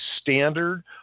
standard